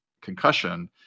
concussion